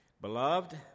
beloved